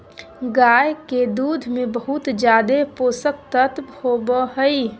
गाय के दूध में बहुत ज़्यादे पोषक तत्व होबई हई